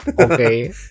Okay